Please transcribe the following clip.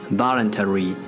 voluntary